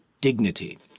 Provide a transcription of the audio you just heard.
dignity